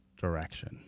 direction